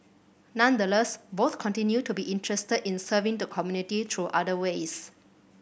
nonetheless both continue to be interested in serving the community through other ways